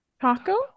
Taco